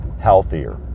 healthier